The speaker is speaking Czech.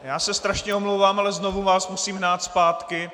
Já se strašně omlouvám, ale znovu vás musím hnát zpátky.